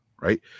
right